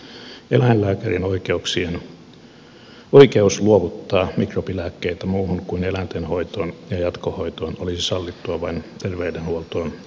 eläinlääkärin oikeus luovuttaa mikrobilääkkeitä muuhun kuin eläinten hoitoon ja jatkohoitoon olisi sallittua vain terveydenhuoltoon kuuluville